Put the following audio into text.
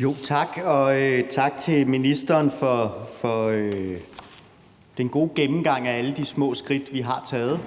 (SF): Tak til ministeren for den gode gennemgang af alle de små skridt, vi har taget.